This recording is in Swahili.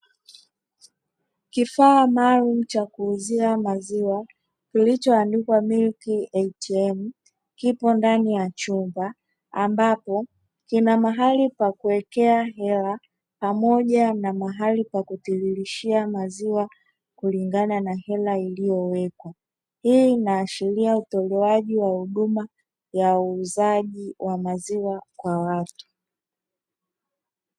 Kifaa maalumu cha kuuzia maziwa kilichoandikwa "Milky ATM", kipo ndani ya chumba ambapo kina mahali pa kuwekea hela pamoja na mahali pa kutiririshia maziwa kulingana na hela iliyowekwa. Hii inaashiria utolewaji wa huduma ya uzaji wa maziwa kwa watu.